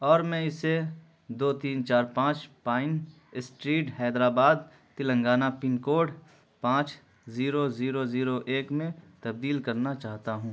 اور میں اسے دو تین چار پانچ pine street Hyderabad Telangana pin code پانچ زیرو زیرو زیرو ایک میں تبدیل کرنا چاہتا ہوں